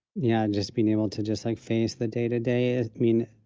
yeah, just being able to just like face the day to day, i mean,